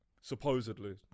Supposedly